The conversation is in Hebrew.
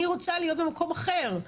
אני רוצה להיות במקום אחר.